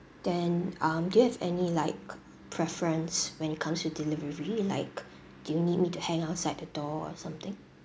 then um do you have any like preference when it comes with delivery like do you need me to hang outside the door or something